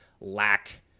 lack